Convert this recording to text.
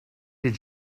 did